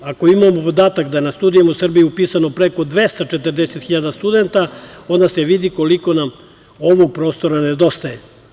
Ako imamo podatak da je na studijama u Srbiji upisano preko 240.000 studenata, onda se vidi koliko nam ovog prostora nedostaje.